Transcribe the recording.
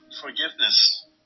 forgiveness